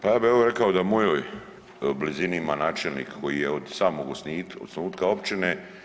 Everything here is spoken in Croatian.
Pa ja bih rekao da u mojoj blizini ima načelnik koji je od samog osnutka općine.